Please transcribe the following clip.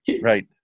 right